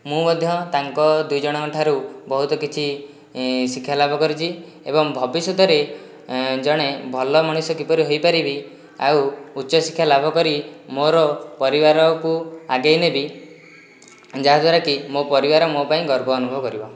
ମୁଁ ମଧ୍ୟ ତାଙ୍କ ଦୁଇ ଜଣଙ୍କଠାରୁ ବହୁତ କିଛି ଶିକ୍ଷାଲାଭ କରିଛି ଏବଂ ଭବିଷ୍ୟତରେ ଜଣେ ଭଲ ମଣିଷ କିପରି ହୋଇପାରିବି ଆଉ ଉଚ୍ଚଶିକ୍ଷା ଲାଭ କରି ମୋର ପରିବାରକୁ ଆଗେଇ ନେବି ଯାହାଦ୍ୱାରାକି ମୋ ପରିବାର ମୋ ପାଇଁ ଗର୍ବ ଅନୁଭବ କରିବ